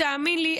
תאמין לי,